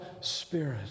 Spirit